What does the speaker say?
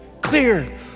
Clear